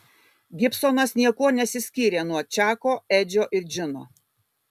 gibsonas niekuo nesiskyrė nuo čako edžio ir džino